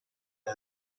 her